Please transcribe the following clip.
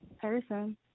person